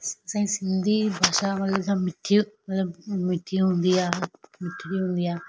असांजी सिंधी भाषा मतलबु छा मिठी मतलबु मिठी हूंदी आहे मिठिड़ी हूंदी आहे